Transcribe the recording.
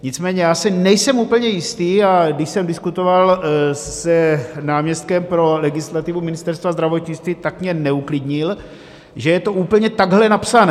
Nicméně já si nejsem úplně jistý, a když jsem diskutoval s náměstkem pro legislativu Ministerstva zdravotnictví, tak mě neuklidnil, že je to úplně takhle napsané.